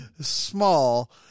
small